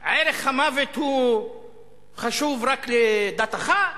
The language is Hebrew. ערך המוות חשוב רק לדת אחת?